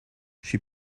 she